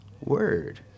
word